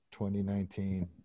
2019